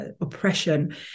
oppression